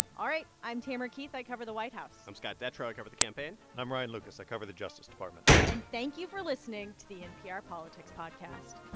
all right. i'm tamara keith. i cover the white house i'm scott detrow. i cover the campaign i'm ryan lucas. i cover the justice department and thank you for listening to the npr politics podcast